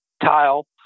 tile